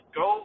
go